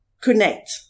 connect